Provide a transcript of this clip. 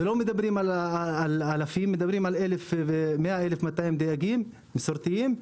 ולא מדברים על אלפים אלא על 1,100 1,200 דייגים מסורתיים,